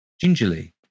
Gingerly